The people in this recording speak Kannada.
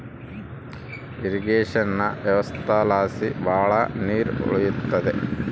ಇರ್ರಿಗೇಷನ ವ್ಯವಸ್ಥೆಲಾಸಿ ಭಾಳ ನೀರ್ ಉಳಿಯುತ್ತೆ